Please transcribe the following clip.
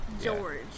George